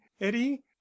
Eddie